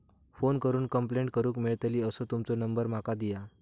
Phone करून complaint करूक मेलतली असो तुमचो नंबर माका दिया?